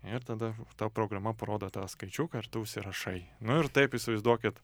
ir tada tau programa parodo tą skaičiuką ir tu užsirašai nu ir taip įsivaizduokit